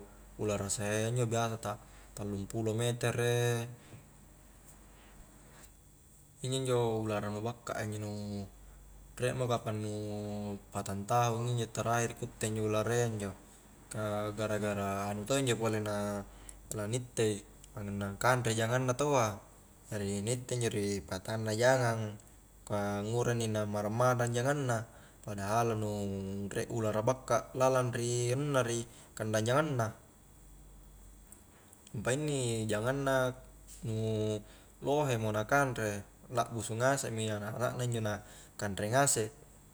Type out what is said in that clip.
Ulara sahayya injo biasa ta tallung pulo metere injo-injo ulara nu bakka a injo nu riek mo kapang patang taung injo terakhir ku itte injo ularayya injo ka gara-gara anu to'injo pole na tala ni itte i anunag kanre jangang na taua jari ni itte injo ri patanna jangang, angkua ngura inni na marang-marang jangang na padahal nu riek ulara bakka lalang ri anunna ri kandang jangang na appa inni jangang na nu logew mo na kanre, lakbusu ngasek mi anak na injo na kanre ngase